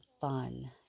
fun